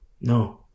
No